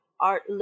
art